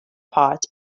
part